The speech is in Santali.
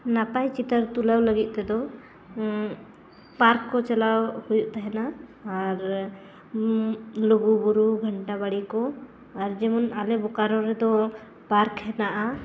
ᱱᱟᱯᱟᱭ ᱪᱤᱛᱟᱹᱨ ᱛᱩᱞᱟᱹᱣ ᱞᱟᱹᱜᱤᱫ ᱛᱮᱫᱚ ᱯᱟᱨᱠ ᱠᱚ ᱪᱟᱞᱟᱣ ᱦᱩᱭᱩᱜ ᱛᱟᱦᱮᱱᱟ ᱟᱨ ᱞᱩᱜᱩ ᱵᱩᱨᱩ ᱜᱷᱟᱱᱴᱟ ᱵᱟᱲᱮ ᱠᱚ ᱟᱨ ᱡᱮᱢᱚᱱ ᱟᱞᱮ ᱵᱚᱠᱟᱨᱳ ᱨᱮᱫᱚ ᱯᱟᱨᱠ ᱦᱮᱱᱟᱜᱼᱟ